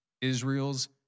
Israel's